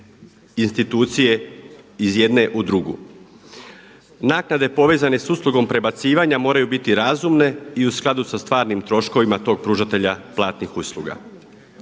institucije iz jedne u drugu. Naknade povezane sa uslugom prebacivanja moraju biti razumne i u skladu sa stvarnim troškovima tog pružatelja platnih usluga.